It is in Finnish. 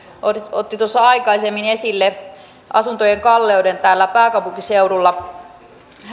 otti tuossa aikaisemmin esille asuntojen kalleuden täällä pääkaupunkiseudulla